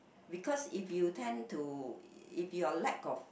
because if you tend to if you are lack of